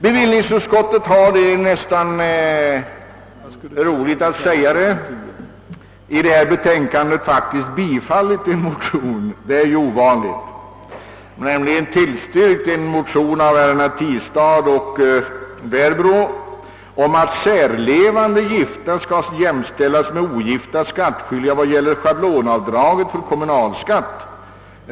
Bevillningsutskottet har — det känns roligt att få säga det — faktiskt ovanligt nog tillstyrkt en motion av herrar Tistad och Werbro, där det yrkas att särlevande gifta skail jämställas med ogifta skattskyldiga i vad gäller schablonavdraget för kommunalskatt.